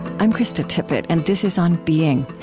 i'm krista tippett, and this is on being.